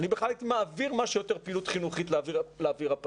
אני בכלל הייתי מעביר כמה שיותר פעילות חינוכית לאוויר הפתוח.